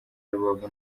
rubavu